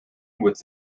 with